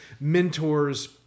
mentors